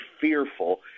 fearful